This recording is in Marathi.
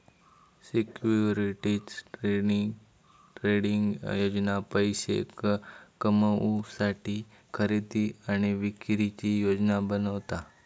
सिक्युरिटीज ट्रेडिंग योजना पैशे कमवुसाठी खरेदी आणि विक्रीची योजना बनवता